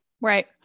Right